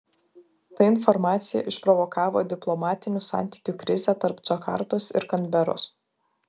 ta informacija išprovokavo diplomatinių santykių krizę tarp džakartos ir kanberos